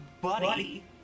buddy